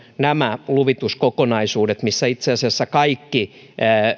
nämä luvituskokonaisuudet missä itse asiassa kaikki